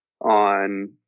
on